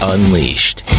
Unleashed